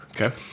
Okay